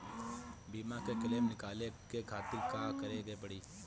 बीमा के क्लेम निकाले के खातिर का करे के पड़ी?